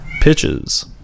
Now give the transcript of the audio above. Pitches